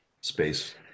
space